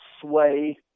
sway